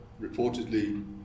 reportedly